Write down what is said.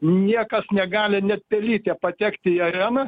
niekas negali net pelytė patekti į areną